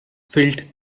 filled